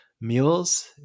Mules